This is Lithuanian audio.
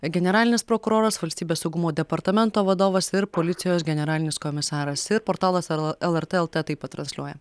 generalinis prokuroras valstybės saugumo departamento vadovas ir policijos generalinis komisaras ir portalas lrt lt taip pat transliuoja